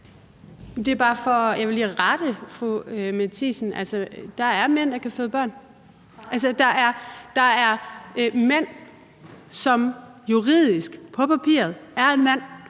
Det er bare for lige at rette fru Mette Thiesen. Altså, der er mænd, der kan føde børn. Der er mænd, som juridisk, på papiret, er en mand,